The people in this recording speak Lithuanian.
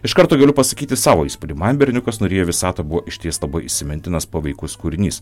iš karto galiu pasakyti savo įspūdį man berniukas nuryja visatą buvo išties labai įsimintinas paveikus kūrinys